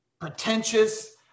pretentious